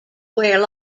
where